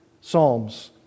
psalms